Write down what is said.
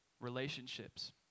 Relationships